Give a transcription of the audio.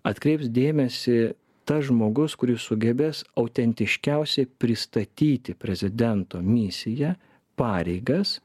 atkreips dėmesį tas žmogus kuris sugebės autentiškiausiai pristatyti prezidento misiją pareigas